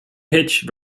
hitch